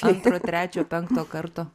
antro trečio penkto karto